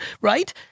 right